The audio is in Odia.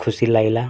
ଖୁସି ଲାଗିଲା